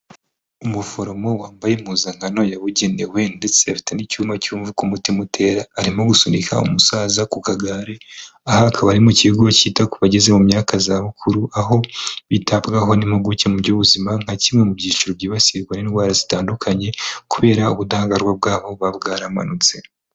Umuforomo wambaye impuzankano yabugenewe ndetse afite n'icyuma cyumvaka umutima utera arimo gusunika umusaza ku kagare aha akaba ari mu kigo cyita ku bageze mu myaka yazabukuru aho bitabwagaho n'impuguke mu by'ubuzima nka kimwe mu byiciro byibasirwa n'indwara zitandukanye kubera ubudahangarwa bwabo buba bwaramanutse.